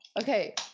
okay